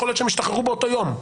יכול להיות שהם ישתחררו באותו יום.